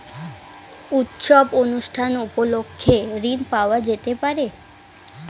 উৎসব অনুষ্ঠান উপলক্ষে ঋণ পাওয়া যেতে পারে?